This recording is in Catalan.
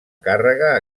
càrrega